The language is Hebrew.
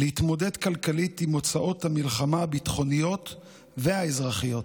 להתמודד כלכלית עם הוצאות המלחמה הביטחוניות והאזרחיות.